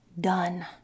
done